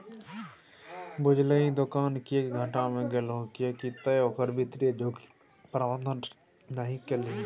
बुझलही दोकान किएक घाटा मे गेलहु किएक तए ओकर वित्तीय जोखिम प्रबंधन नहि केलही